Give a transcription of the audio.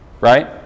right